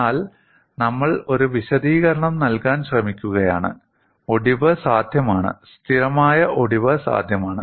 എന്നാൽ നമ്മൾ ഒരു വിശദീകരണം നൽകാൻ ശ്രമിക്കുകയാണ് ഒടിവ് സാധ്യമാണ് സ്ഥിരമായ ഒടിവ് സാധ്യമാണ്